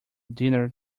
dinner